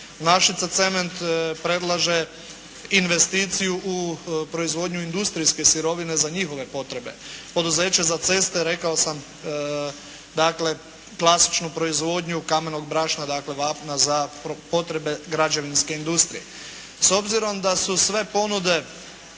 Našica cement, predlaže investiciju u proizvodnju industrijske sirovine za njihove potrebe. Poduzeće za ceste, rekao sam, dakle, klasičnu proizvodnju kamenog brašna, dakle, vapna za potrebe građevinske industrije. S obzirom da su sve ponude